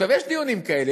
עכשיו, יש דיונים כאלה.